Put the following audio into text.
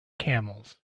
camels